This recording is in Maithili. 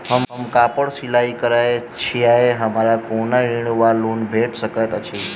हम कापड़ सिलाई करै छीयै हमरा कोनो ऋण वा लोन भेट सकैत अछि?